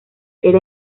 era